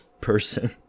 person